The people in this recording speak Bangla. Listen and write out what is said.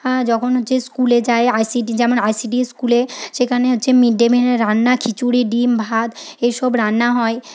যখন হচ্ছে স্কুলে যায় আইসিডিএস যেমন ইসিডিএস স্কুলে সেখানে হচ্ছে মিড ডে মিলের রান্না খিচুড়ি ডিম ভাত এইসব রান্না হয়